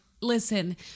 listen